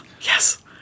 Yes